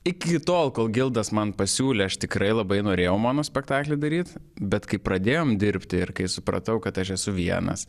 iki tol kol gildas man pasiūlė aš tikrai labai norėjau monospektaklį daryt bet kai pradėjom dirbti ir kai supratau kad aš esu vienas